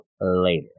later